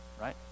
Right